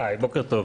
בוקר טוב.